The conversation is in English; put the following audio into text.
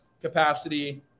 capacity